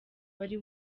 wari